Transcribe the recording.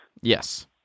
Yes